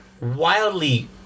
wildly